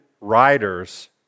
riders